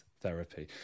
therapy